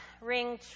ring